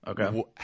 Okay